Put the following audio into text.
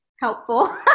helpful